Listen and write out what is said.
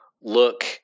look